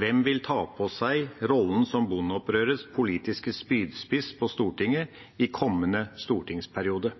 Hvem vil ta på seg rollen som bondeopprørets politiske spydspiss på Stortinget i kommende stortingsperiode?